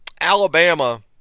Alabama